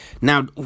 now